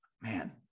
man